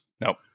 Nope